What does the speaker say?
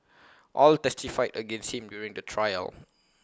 all testified against him during the trial